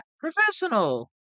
professional